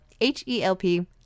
H-E-L-P